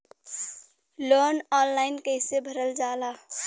Loan online कइसे भरल जाला?